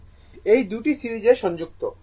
এই 2টি সিরিজে সংযুক্ত